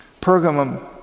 Pergamum